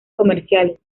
comerciales